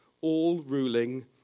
all-ruling